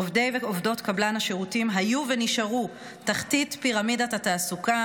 עובדי ועובדות קבלן השירותים היו ונשארו בתחתית פירמידת התעסוקה.